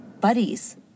Buddies